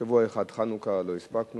שבוע אחד חנוכה, לא הספקנו,